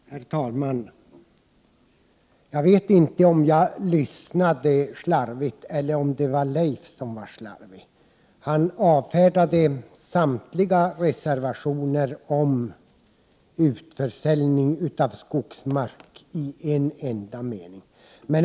Herr talman! Jag vet inte om jag lyssnade slarvigt eller om det var Leif Marklund som var slarvig, men såvitt jag uppfattade honom avfärdade han samtliga reservationer om utförsäljning av skogsmark i en enda mening.